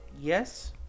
Yes